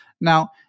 Now